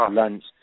lunch